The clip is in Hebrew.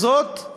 וזאת,